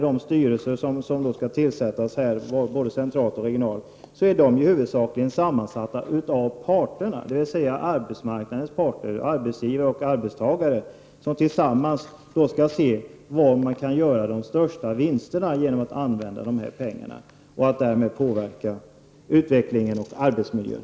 De styrelser som skall tillsättas både centralt och regionalt är huvudsakligen sammansatta av arbetsmarknadens parter, arbetsgivare och arbetstagare, som tillsammans skall se var man kan göra de största vinsterna genom att använda pengarna och därmed påverka utvecklingen och arbetsmiljön.